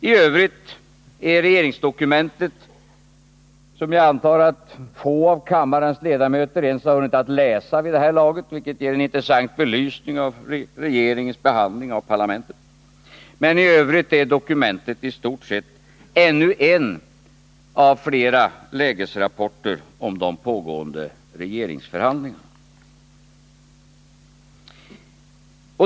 I övrigt är regeringsdokumentet — som jag antar att få av kammarens ledamöter ens har hunnit att läsa vid det här laget, vilket ger en intressant belysning av regeringens behandling av parlamentet — ännu en av flera lägesrapporter om de pågående regeringsförhandlingarna.